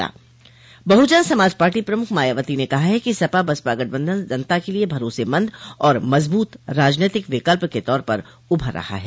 बहुजन Samaj Party प्रमुख मायावती ने कहा है कि सपा बसपा गठबंधन जनता के लिए भरोसेमंद और मजबूत राजनैतिक विकल्प के तौर पर उभर रहा है